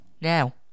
Now